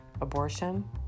abortion